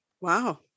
Wow